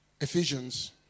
Ephesians